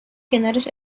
کنارش